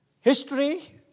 History